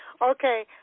Okay